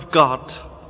God